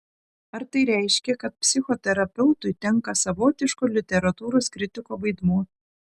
ar tai reiškia kad psichoterapeutui tenka savotiško literatūros kritiko vaidmuo